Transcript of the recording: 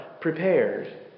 prepared